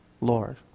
Lord